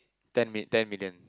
ten mill~ ten million